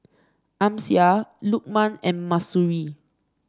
Amsyar Lukman and Mahsuri